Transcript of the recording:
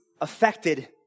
affected